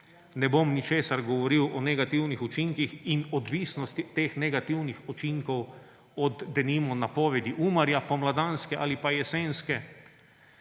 ne bom ničesar govoril o negativnih učinkih in odvisnosti teh negativnih učinkov od denimo napovedi Umarja, pomladanske ali pa jesenske,